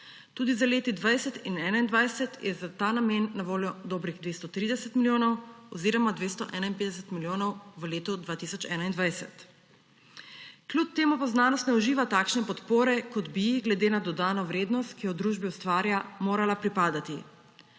Tudi za leti 2020 in 2021 je za ta namen na voljo dobrih 230 milijonov oziroma 251 milijonov v letu 2021. Kljub temu pa znanost ne uživa takšne podpore, kot bi ji glede na dodano vrednost, ki jo družbi ustvarja, morala pripadati.